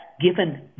given